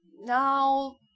now